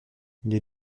les